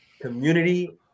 community